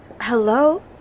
Hello